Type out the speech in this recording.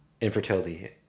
infertility